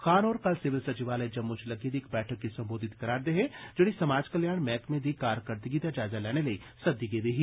खान होर कल सिविल सचिवालय जम्मू च लग्गी दी इक बैठक गी संबोधित करै करदे हे जेड़ी समाज कल्याण मैह्कमें दी कारकरदगी दा जायजा लैने लेई सद्दी गेदी ही